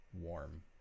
warm